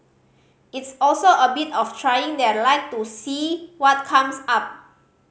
it's also a bit of trying their luck to see what comes up